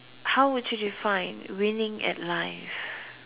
how would you define winning at life